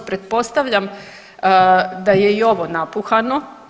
Pretpostavljam da je i ovo napuhano.